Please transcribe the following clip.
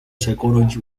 psychology